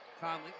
Conley